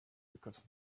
because